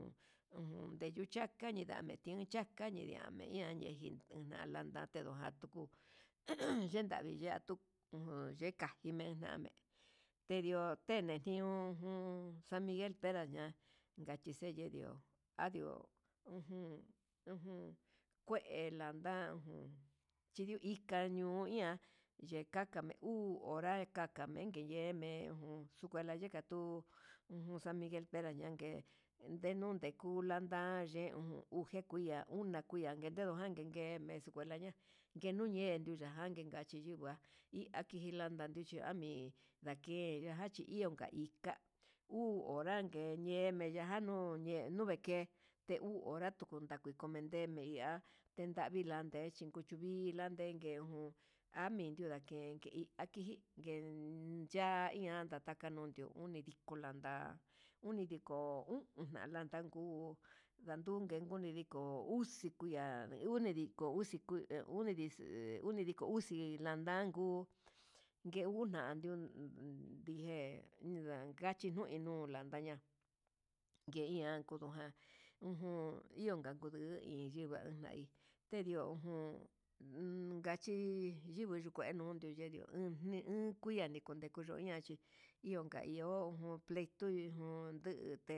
Ujun ninduchaka ñindame tindiuchaka ñindame ian he ñaji uñan landa, ndejakuu ujun chindayiñatu ndikuna menami trio tene jiun uun san miguel ndaña'a ngachi xedio andio ujun ujun kue landa ujun chi ika nuu ihan ndinaniu nandame keñeme ujun xu escuela yikatuu san miguel pera yangue, delu dekuu yanda ye'e uun yekia una'a kuike ndanguen ndeme'e ngue hu escuela ngue yumengue ndajanke nikachi yuu hua hi chilanda yun ahimi, ndaje ya'a nga chiunka ika uu ora ngue anganuu uye yuve'e ke'e te huu nakuku tanguiko mende iha ndelanvi ndande ha chikuchu mii ndilangue ejun ami nidakuu chuvii ndalenke ujun ami ndundangue aji inke ya'á ndidataka niundu iun nikuta udiko iunda, landa kuu landuke unidiko uu uxi kuia unidiko uxi la lankuu, ngue una ndio ndinje unlanka kachinue nuu unlanka daña ngueian nguu ngan ujun ionka tuu iha xhiva'a iin tedio ujun unkachi yingui nukenuu neyendio jun ndekui ndia nikuti uña chí iho iho pleito ujun nduu.